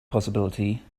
possibility